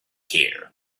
here